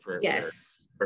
Yes